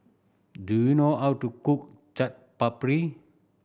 do you know how to cook Chaat Papri